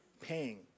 paying